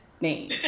name